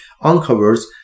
uncovers